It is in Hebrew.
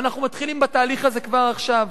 ואנחנו מתחילים בתהליך הזה כבר עכשיו,